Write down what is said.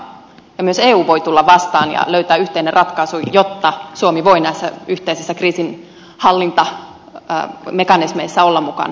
myös eu voi tulla vastaan ja löytää yhteisen ratkaisun jotta suomi voi näissä yhteisissä kriisinhallintamekanismeissa olla mukana